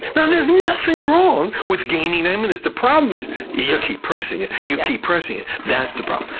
and there's nothing wrong with gaining nine minutes. the problem is you keep pressing it, you keep pressing it. that's the problem.